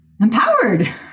empowered